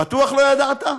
בטוח לא ידעת?